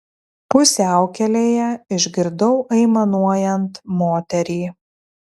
pusiaukelėje išgirdau aimanuojant moterį